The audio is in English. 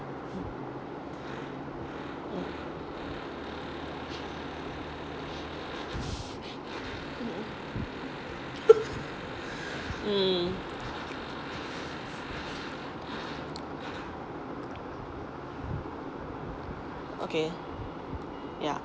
mm okay ya